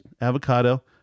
Avocado